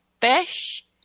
fish